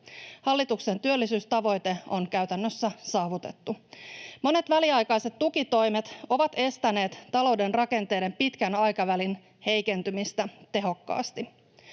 Hallituksen työllisyystavoite on käytännössä saavutettu. Monet väliaikaiset tukitoimet ovat estäneet talouden rakenteiden pitkän aikavälin heikentymistä tehokkaasti.